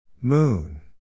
Moon